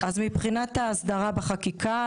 מבחינת ההסדרה בחקיקה,